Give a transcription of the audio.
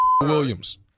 Williams